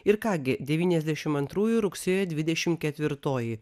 ir ką gi devyniasdešim antrųjų rugsėjo dvidešim ketvirtoji